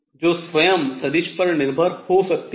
जो स्वयं सदिश पर निर्भर हो सकती है